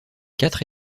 quatre